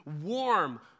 warm